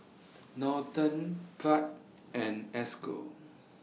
Norton Pratt and Esco